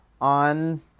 on